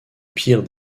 pire